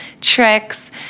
tricks